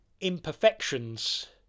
imperfections